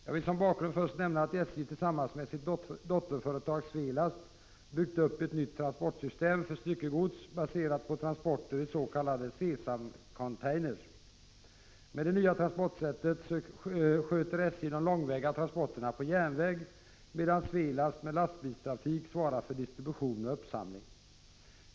Jag vill som bakgrund först nämna att SJ tillsammans med sitt dotterföretag Svelast byggt upp ett nytt transportsystem för styckegods baserat på transporter i s.k. C-samcontainers. Med det nya transportsättet sköter SJ de långväga transporterna på järnväg, medan Svelast med lastbilstrafik svarar för distribution och uppsamling.